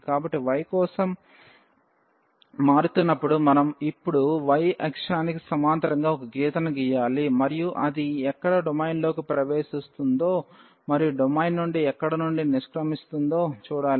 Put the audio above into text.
కాబట్టి y కోసం మారుతున్నప్పుడు మనం ఇప్పుడు y అక్షానికి సమాంతరంగా ఒక గీతను గీయాలి మరియు అది ఎక్కడ డొమైన్లోకి ప్రవేశిస్తుందో మరియు డొమైన్ నుండి ఎక్కడ నుండి నిష్క్రమిస్తుందో చూడాలి